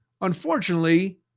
Unfortunately